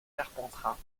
carpentras